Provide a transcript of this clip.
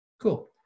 Cool